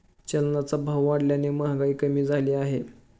चलनाचा भाव वाढल्याने महागाई कमी झाली आहे